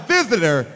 Visitor